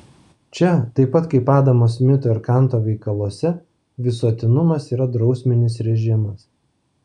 čia taip pat kaip adamo smito ir kanto veikaluose visuotinumas yra drausminis režimas